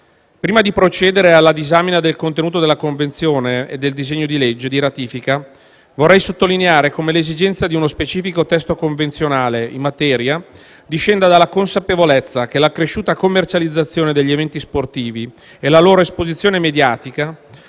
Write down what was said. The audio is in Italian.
Prima di procedere alla disamina del contenuto della Convezione e del disegno di legge di ratifica, vorrei sottolineare come l'esigenza di uno specifico testo convenzionale in materia discenda dalla consapevolezza che l'accresciuta commercializzazione degli eventi sportivi e la loro esposizione mediatica